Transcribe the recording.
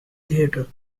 theatre